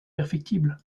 perfectible